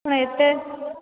କ'ଣ ଏତେ